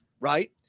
right